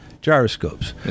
gyroscopes